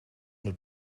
met